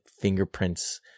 fingerprints